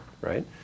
right